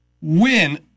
win